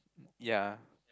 ya